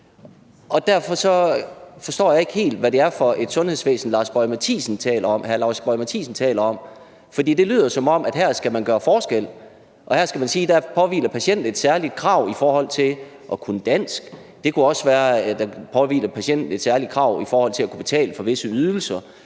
Derfor forstår jeg ikke helt, hvad det er for et sundhedsvæsen, hr. Lars Boje Mathiesen taler om, for det lyder, som om man her skal gøre forskel, og her skal man sige, at der påhviler patienten et særligt krav i forhold til at kunne dansk. Det kunne også være, at der påhvilede patienten et særligt krav i forhold til at kunne betale for visse ydelser